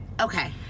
Okay